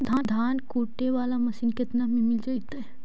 धान कुटे बाला मशीन केतना में मिल जइतै?